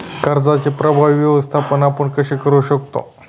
कर्जाचे प्रभावी व्यवस्थापन आपण कसे करु शकतो?